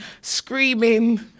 screaming